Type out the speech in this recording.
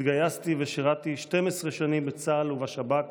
התגייסתי ושירתי 12 שנים בצה"ל ובשב"כ